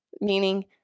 meaning